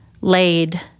laid